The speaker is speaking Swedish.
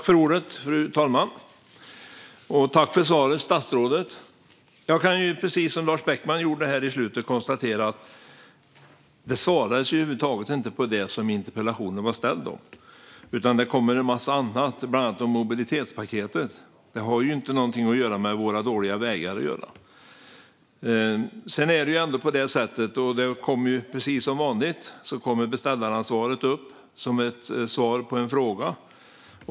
Fru talman! Tack för svaret, statsrådet! Precis som Lars Beckman gjorde här på slutet kan jag konstatera att det över huvud taget inte kom några svar på det som interpellationen handlade om. I stället kom det en massa annat, bland annat om mobilitetspaketet. Det har ingenting med våra dåliga vägar att göra. Sedan kommer beställaransvaret, precis som vanligt, upp som svar på en fråga.